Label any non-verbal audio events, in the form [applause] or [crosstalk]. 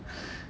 [breath]